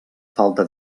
falta